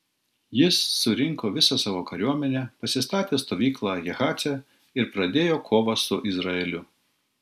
jis surinko visą savo kariuomenę pasistatė stovyklą jahace ir pradėjo kovą su izraeliu